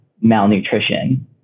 malnutrition